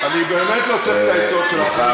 אני באמת לא צריך את העצות שלך.